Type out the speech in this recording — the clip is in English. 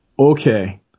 okay